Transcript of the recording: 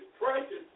precious